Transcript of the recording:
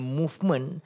movement